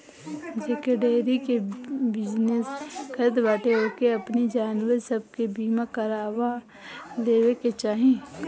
जे डेयरी के बिजनेस करत बाटे ओके अपनी जानवर सब के बीमा करवा लेवे के चाही